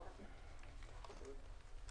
שלום לכולם.